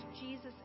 Jesus